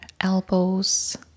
Elbows